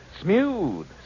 smooth